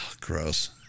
gross